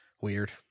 Weird